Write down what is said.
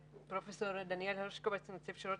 למעסיקים שיקלטו לעבודה אנשים עם מוגבלות.